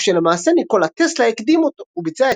אף שלמעשה ניקולה טסלה הקדים אותו הוא ביצע